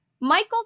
Michael